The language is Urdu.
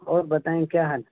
اور بتائیں کیا حال